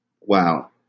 Wow